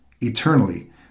eternally